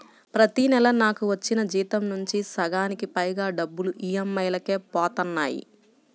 ప్రతి నెలా నాకు వచ్చిన జీతం నుంచి సగానికి పైగా డబ్బులు ఈఎంఐలకే పోతన్నాయి